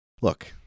Look